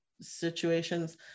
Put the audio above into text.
situations